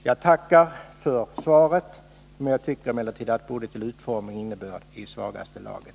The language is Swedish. Jag tackar än en gång för svaret, som jag dock tycker är både till innebörd och till utformning i svagaste laget.